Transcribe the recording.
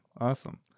Awesome